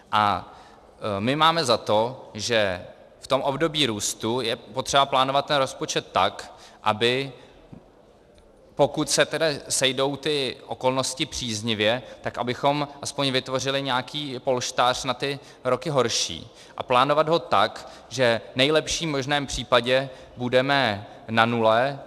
A my máme za to, že v období růstu je potřeba plánovat rozpočet tak, aby pokud se tedy sejdou ty okolnosti příznivě, tak abychom vytvořili alespoň nějaký polštář na ty roky horší, a plánovat ho tak, že v nejlepším možném případě budeme na nule.